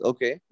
Okay